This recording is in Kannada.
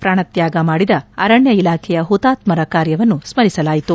ಪ್ರಾಣತ್ಯಾಗ ಮಾಡಿದ ಅರಣ್ಯ ಇಲಾಖೆಯ ಹುತಾತ್ದರ ಕಾರ್ಯವನ್ನು ಸ್ವರಿಸಲಾಯಿತು